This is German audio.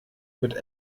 mit